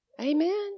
Amen